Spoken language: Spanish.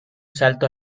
salto